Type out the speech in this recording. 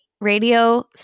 radio